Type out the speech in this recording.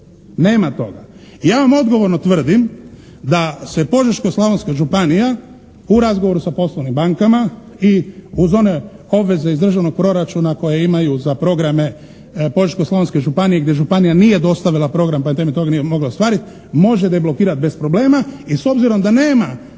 Nema toga. Ja vam odgovorno tvrdim da se Požeško-slavonska županija u razgovoru sa poslovnim bankama i uz one obveze iz državnog proračuna koje imaju za programe Požeško-slavonske županije gdje županija nije dostavila program pa na temelju tog nije mogla ostvariti, može deblokirati bez problema i s obzirom da nema naplate